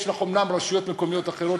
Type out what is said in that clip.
אפשר,